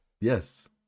yes